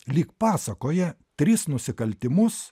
lyg pasakoja tris nusikaltimus